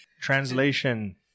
Translation